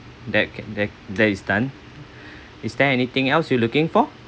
that that that is done is there anything else you're looking for